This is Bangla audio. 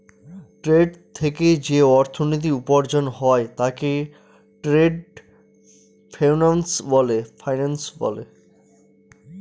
ট্রেড থেকে যে অর্থনীতি উপার্জন হয় তাকে ট্রেড ফিন্যান্স বলে